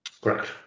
Correct